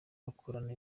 bakorana